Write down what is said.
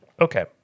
Okay